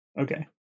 Okay